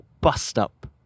bust-up